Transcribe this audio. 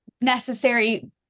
necessary